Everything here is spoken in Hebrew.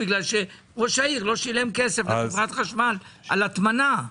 בגלל שראש העיר לא שילם כסף לחברת חשמל על הטמנה.